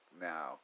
Now